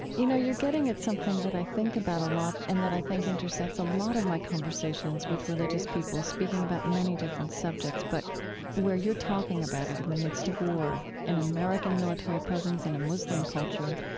you know, you're getting at something that i think about a lot, and that i think intersects a lot of my conversations with religious people, speaking about many different subjects. but where you're talking about it in the midst of war, an american military presence in a muslim culture,